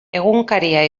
egunkaria